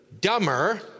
dumber